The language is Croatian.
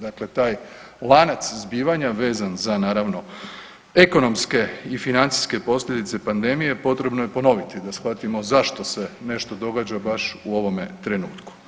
Dakle, taj lanac zbivanja vezan za naravno ekonomske i financijske posljedice pandemije potrebno je ponoviti da shvatimo zašto se nešto događa baš u ovome trenutku.